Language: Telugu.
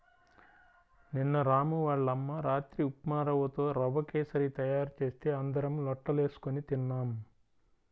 నిన్న రాము వాళ్ళ అమ్మ రాత్రి ఉప్మారవ్వతో రవ్వ కేశరి తయారు చేస్తే అందరం లొట్టలేస్కొని తిన్నాం